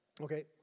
Okay